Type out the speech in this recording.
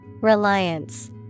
Reliance